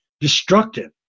Destructive